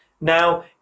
Now